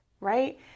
Right